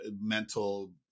mental